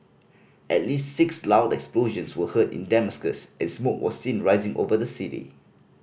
at least six loud explosions were heard in Damascus and smoke was seen rising over the city